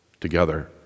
together